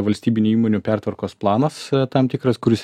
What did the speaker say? valstybinių įmonių pertvarkos planas tam tikras kuris